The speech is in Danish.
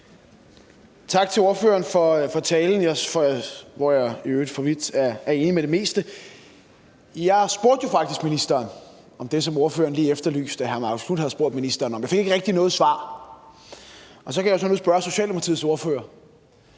Tak til ordføreren for talen, hvor jeg for øvrigt var enig i det meste. Jeg spurgte jo faktisk ministeren om det, som ordføreren lige efterlyste at hr. Marcus Knuth havde spurgt ministeren om. Jeg fik ikke rigtig noget svar, og så kan jeg jo spørge Socialdemokratiets ordfører: